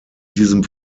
diesem